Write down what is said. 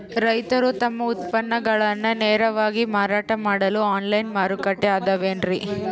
ರೈತರು ತಮ್ಮ ಉತ್ಪನ್ನಗಳನ್ನ ನೇರವಾಗಿ ಮಾರಾಟ ಮಾಡಲು ಆನ್ಲೈನ್ ಮಾರುಕಟ್ಟೆ ಅದವೇನ್ರಿ?